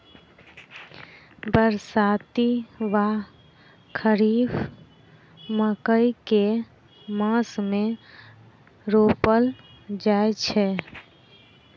बरसाती वा खरीफ मकई केँ मास मे रोपल जाय छैय?